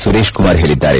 ಸುರೇಶ್ ಕುಮಾರ್ ಹೇಳಿದ್ದಾರೆ